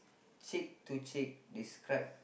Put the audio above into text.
cheek to cheek describe